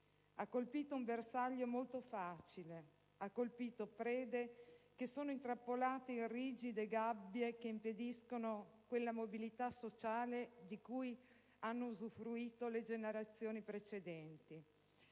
Ha colpito un bersaglio molto facile: ha colpito prede intrappolate in rigide gabbie che impediscono quella mobilità sociale di cui hanno usufruito le generazioni precedenti,